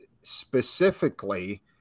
Specifically